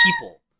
people